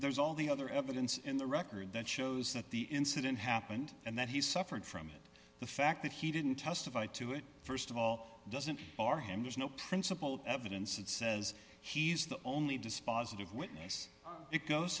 there's all the other evidence in the record that shows that the incident happened and that he suffered from it the fact that he didn't testify to it st of all doesn't are him there's no principled evidence and says he's the only dispositive witness it goes